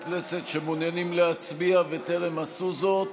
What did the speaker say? כנסת שמעוניינים להצביע וטרם עשו זאת?